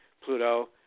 Pluto